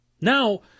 Now